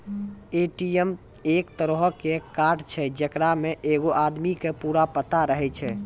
ATM एक तरहो के कार्ड छै जेकरा मे एगो आदमी के पूरा पता रहै छै